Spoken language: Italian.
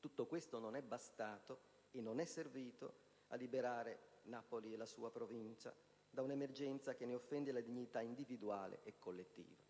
Tutto questo non è bastato e non è servito a liberare Napoli e la sua Provincia da un'emergenza che ne offende la dignità individuale e collettiva.